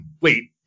wait